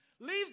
leaves